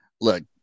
Look